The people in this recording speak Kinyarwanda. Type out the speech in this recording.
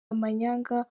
amanyanga